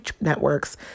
networks